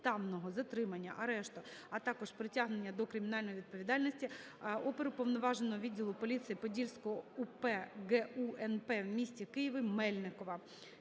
безпідставного затримання, арешту, а також притягнення до кримінальної відповідальності оперуповноваженого відділу поліції Подільського УП ГУ НП в місті Києві Мельникова